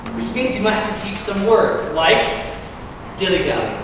which means you might have to teach some words, like dilly dally.